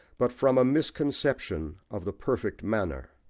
but from a misconception of the perfect manner.